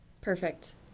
Perfect